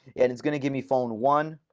and it's going to give me phone one,